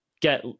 get